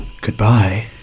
Goodbye